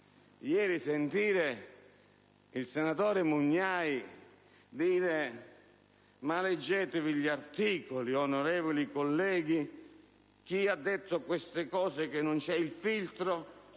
sentire ieri il senatore Mugnai dire: ma leggetevi gli articoli, onorevoli colleghi! Chi ha detto che non c'è il filtro